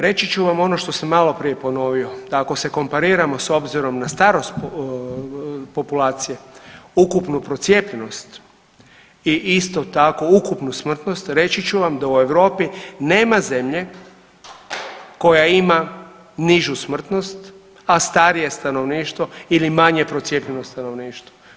Reći ću vam ono što sam malo prije ponovio, da ako se kompariramo s obzirom na starost populacije, ukupnu procijepljenost i isto tako ukupnu smrtnost reći ću vam da u Europi nema zemlje koja ima nižu smrtnost a starije stanovništvo ili manje procijepljeno stanovništvo.